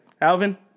Alvin